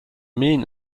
mean